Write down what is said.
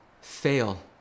fail